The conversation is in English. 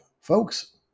folks